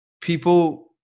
People